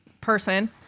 person